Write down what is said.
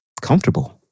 comfortable